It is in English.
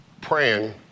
praying